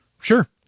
Sure